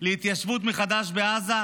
להתיישבות מחדש בעזה,